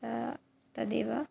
अतः तदेव